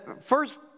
first